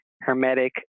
Hermetic